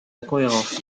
incohérences